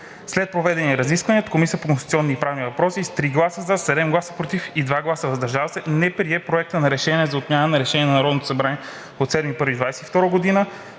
След проведените разисквания Комисията по конституционни и правни въпроси с 3 гласа „за“, 7 гласа „против“ и 2 гласа „въздържали се“ не прие Проекта на решение за отмяна на Решение на Народното събрание